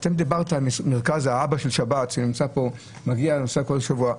דיברתם על אבא שמגיע לכאן כל סוף שבוע,